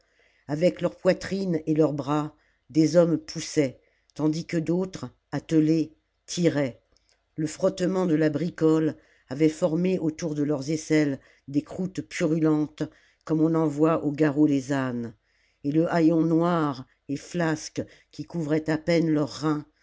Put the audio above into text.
avec leur poitrine et leurs bras des hommes poussaient tandis que d'autres attelés tiraient le frottement de la bricole avait formé autour de leurs aisselles des croûtes purulentes comme on en voit au garrot des ânes et le haillon noir et flasque qui couvrait à peine leurs reins